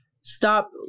stop